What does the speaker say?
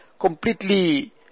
completely